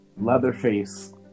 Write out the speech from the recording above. Leatherface